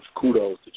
kudos